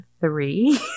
three